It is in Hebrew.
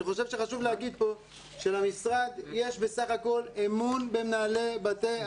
אני חושב שחשוב להגיד פה שלמשרד יש בסך הכול אמון במנהלי בתי הספר.